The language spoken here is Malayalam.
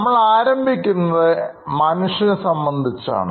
നമ്മൾ ആരംഭിക്കുന്നത് മനുഷ്യനെ സംബന്ധിച്ചാണ്